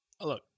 Look